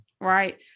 right